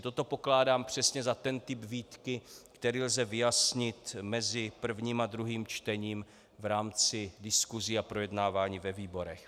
Toto pokládám přesně za ten typ výtky, který lze vyjasnit mezi prvním a druhým čtením v rámci diskusí a projednávání ve výborech.